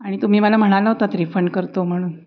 आणि तुम्ही मला म्हणाला होतात रिफंड करतो म्हणून